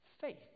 faith